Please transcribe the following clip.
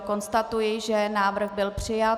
Konstatuji, že návrh byl přijat.